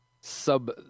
sub